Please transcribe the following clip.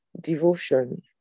devotion